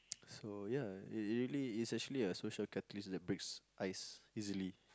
so ya it really is actually social catalyst that breaks ice easily